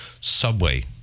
subway